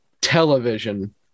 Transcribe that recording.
television